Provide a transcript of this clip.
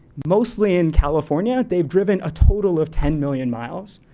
mostly in california, they've driven a total of ten million miles.